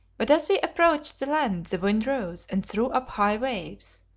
but as we approached the land the wind rose and threw up high waves.